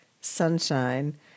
sunshine